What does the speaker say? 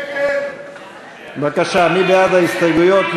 מי בעד ההסתייגויות?